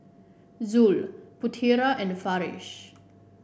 Zul Putera and Farish